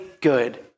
good